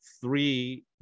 three